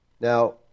Now